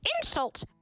Insult